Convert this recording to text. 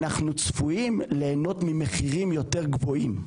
אנחנו צפויים ליהנות ממחירים יותר גבוהים.